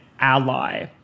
ally